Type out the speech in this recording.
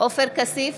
עופר כסיף,